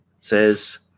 says